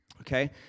okay